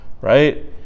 Right